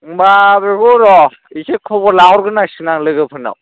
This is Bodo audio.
होनबा बेखौ र' एसे खबर लाहर गोरनांसिगोन आं लोगोफोरनाव